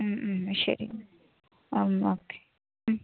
ശരി ആം ഓക്കെ